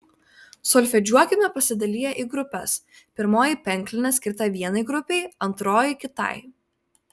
solfedžiuokime pasidaliję į grupes pirmoji penklinė skirta vienai grupei antroji kitai